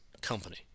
company